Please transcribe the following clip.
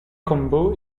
combo